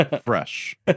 Fresh